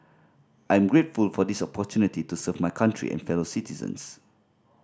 I'm grateful for this opportunity to serve my country and fellow citizens